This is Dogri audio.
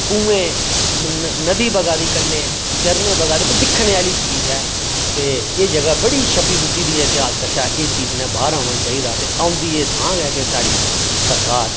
कुएं नदी बगा दी कन्नै झरनें बगा दे कन्नै दिक्खने आह्ली चीज ऐ ते एह् जगह् बड़ी छप्पी गज्झी ऐ इतेहास कशा इस चीज नै बाह्र औना पर औंदी ए तां गै अगर साढ़ी सरकार